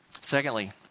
Secondly